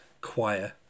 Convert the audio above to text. choir